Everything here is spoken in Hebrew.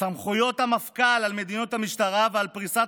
סמכויות המפכ"ל על מדיניות המשטרה ועל פריסת